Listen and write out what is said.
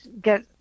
get